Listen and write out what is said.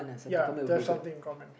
ya to have something in common